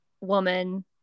woman